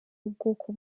ubwoko